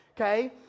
Okay